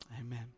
Amen